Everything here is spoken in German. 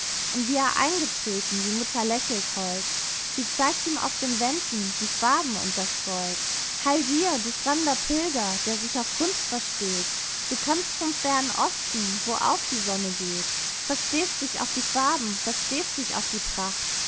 und wie er eingetreten die mutter lächelt hold sie zeigt ihm auf den wänden die farben und das gold heil dir du fremder pilger der sich auf kunst versteht du kömmst vom fernen osten wo auf die sonne geht verstehst dich auf die farben verstehst dich auf die pracht